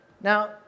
Now